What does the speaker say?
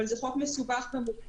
אבל זה חוק מסובך ומורכב.